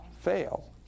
fail